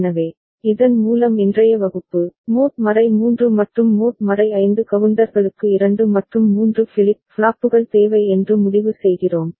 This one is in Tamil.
எனவே இதன் மூலம் இன்றைய வகுப்பு மோட் 3 மற்றும் மோட் 5 கவுண்டர்களுக்கு 2 மற்றும் 3 ஃபிளிப் ஃப்ளாப்புகள் தேவை என்று முடிவு செய்கிறோம்